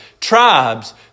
Tribes